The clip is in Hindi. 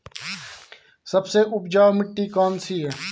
सबसे उपजाऊ मिट्टी कौन सी है?